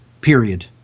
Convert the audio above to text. period